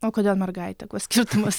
o kodėl mergaitė skirtumas